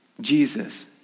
Jesus